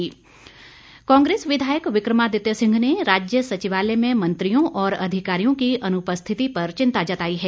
विक्रमादित्य सिंह कांग्रेस विधायक विक्रमादित्य सिंह ने राज्य सचिवालय में मंत्रियों और अधिकारियों की अनुपस्थिति पर चिंता जताई है